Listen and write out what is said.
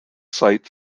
cite